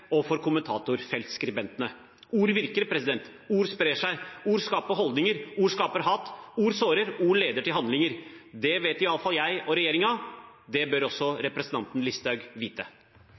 og for kommentarfeltskribentene. Ord virker, ord sprer seg, ord skaper holdninger, ord skaper hat, ord sårer og ord leder til handlinger. Det vet iallfall jeg og regjeringen, det bør også representanten Listhaug vite.